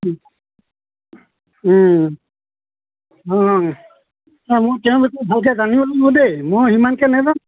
অঁ অঁ অঁ মই তেওঁৰ বিষয়ে ভালকৈ জানিব লাগিব দেই মই সিমানকৈ নাজানো